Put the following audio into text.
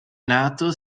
nato